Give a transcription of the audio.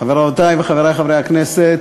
חברותי וחברי חברי הכנסת,